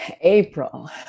April